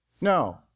no